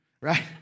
Right